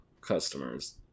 customers